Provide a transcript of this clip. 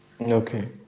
Okay